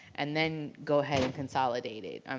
and then go ahead and consolidate it, um